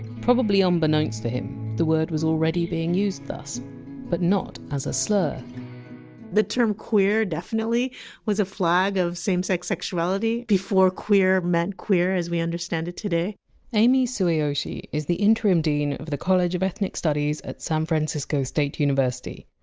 probably unbeknownst to him, the word was already being used thus but not as a slur the term queer definitely was a flag of same sex sexuality before queer meant queer as we understand it today amy sueyoshi is the interim dean of the college of ethnic studies at san francisco state university.